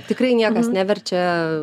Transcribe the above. tikrai niekas neverčia